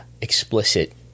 explicit